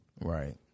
Right